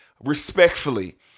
respectfully